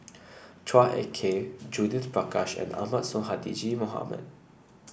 Chua Ek Kay Judith Prakash and Ahmad Sonhadji Mohamad